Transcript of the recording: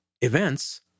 events